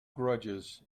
grudges